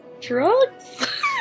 Drugs